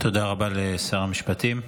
תודה רבה לשר המשפטים.